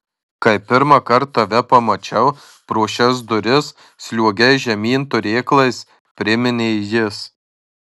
kai pirmąkart tave pamačiau pro šias duris sliuogei žemyn turėklais priminė jis